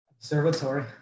Observatory